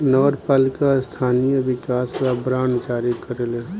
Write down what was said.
नगर पालिका स्थानीय विकास ला बांड जारी करेले